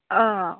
अ